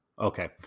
Okay